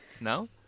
No